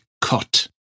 cut